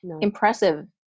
impressive